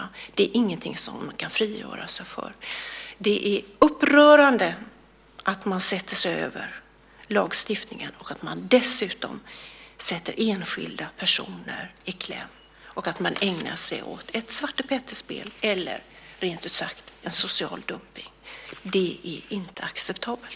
Det är ingenting som de kan frigöra sig från. Det är upprörande att man sätter sig över lagstiftningen så att enskilda personer kommer i kläm och att man ägnar sig åt ett svartepetterspel eller rent ut sagt åt social dumpning. Det är inte acceptabelt.